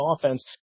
offense